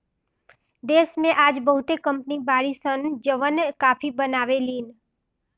देश में आज बहुते कंपनी बाड़ी सन जवन काफी बनावे लीन